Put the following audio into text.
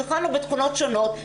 ניחנו בתכונות שונות,